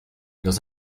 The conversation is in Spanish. los